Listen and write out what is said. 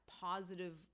positive